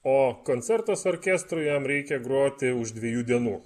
o koncertas orkestrui jam reikia groti už dviejų dienų